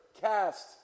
cast